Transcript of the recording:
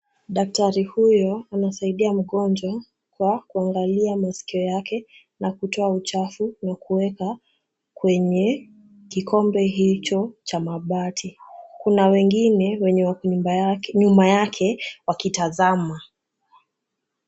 Daktari huyo anasaidia mgonjwa kwa kuangalia masikio yake na kutoa uchafu na kuweka kwenye kikombe hicho cha mabati. Kuna wengine wenye wako nyuma yake wakitazama.